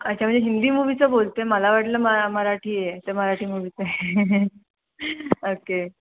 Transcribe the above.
अच्छा म्हणजे हिंदी मूव्हीचं बोलते मला वाटलं मग मराठी आहे तर मराठी मूव्हीत आहे ओके